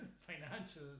financial